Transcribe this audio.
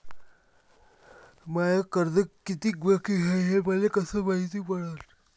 माय कर्ज कितीक बाकी हाय, हे मले कस मायती पडन?